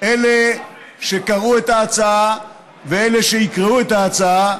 אלה שקראו את ההצעה ואלה שיקראו את ההצעה,